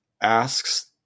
asks